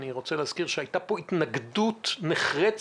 אני רוצה להזכיר שהייתה פה התנגדות נחרצת,